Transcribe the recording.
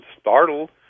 startled